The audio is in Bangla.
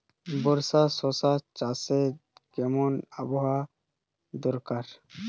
বর্ষার শশা চাষে কেমন আবহাওয়া দরকার?